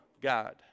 God